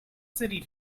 city